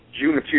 June